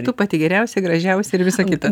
tu pati geriausia gražiausia ir visa kita